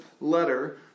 letter